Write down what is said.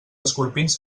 escorpins